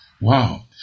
Wow